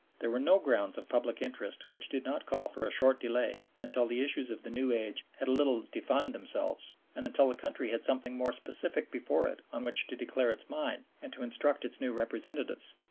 there were no grounds of public interest which did not call for a short delay until the issues of the new age had a little defined themselves and until the country had something more specific before it on which to declare its mind and to instruct its new representatives.